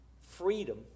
freedom